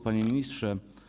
Panie Ministrze!